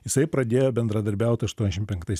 jisai pradėjo bendradarbiaut aštuoniašim penktais